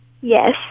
Yes